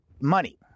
money